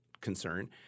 concern